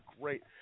Great